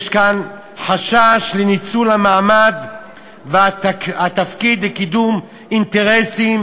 יש כאן חשש לניצול המעמד והתפקיד לקידום אינטרסים